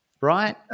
right